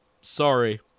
sorry